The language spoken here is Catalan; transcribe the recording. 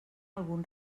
algun